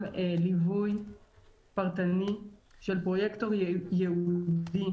גם ליווי פרטני של פרויקטור ייעודי